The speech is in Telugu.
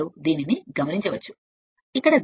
కాబట్టి మీరు ఇక్కడ అర్ధాన్ని పిలుస్తారు